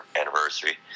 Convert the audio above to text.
anniversary